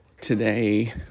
today